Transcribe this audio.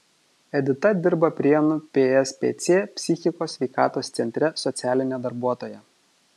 edita dirba prienų pspc psichikos sveikatos centre socialine darbuotoja